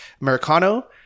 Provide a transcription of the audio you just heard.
Americano